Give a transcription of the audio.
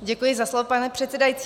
Děkuji za slovo, pane předsedající.